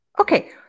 Okay